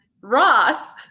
Ross